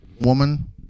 woman